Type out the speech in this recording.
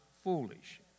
foolish